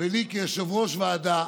ולי כיושב-ראש ועדה.